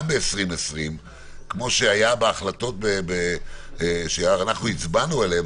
ב-2020 כמו שהיה בהחלטות שהצבענו עליהן.